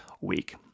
week